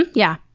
yeah.